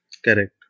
Correct